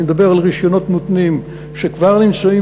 אני מדבר על רישיונות מותנים שכבר נמצאים